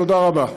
תודה רבה.